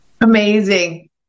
Amazing